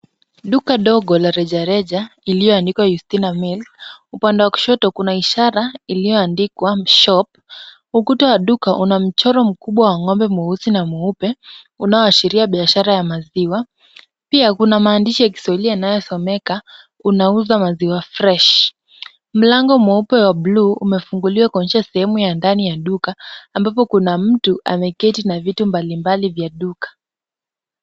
Duka dogo la rejareja iliyoandikwa Yustina Milk, upande wa kushoto kuna ishara iliyoandikwa shop . Ukuta wa duka una mchoro mkubwa wa ng'ombe mweusi na mweupe, unaoashiria biashara ya maziwa. Pia kuna maandishi ya kiswahili yanayosomeka unauza maziwa fresh. Mlango mweupe wa buluu umefunguliwa kuonyesha sehemu ya ndani ya duka, ambapo kuna mtu ameketi na vitu mbali mbali vya duka.